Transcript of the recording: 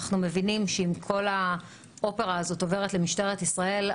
אנחנו מבינים שאם כל האופרה הזאת עוברת למשטרת ישראל,